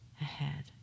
ahead